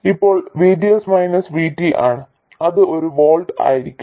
ഇപ്പോൾ VGS minus VT ആണ് അത് ഒരു വോൾട്ട് ആയിരിക്കും